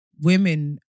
women